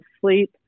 sleep